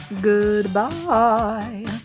Goodbye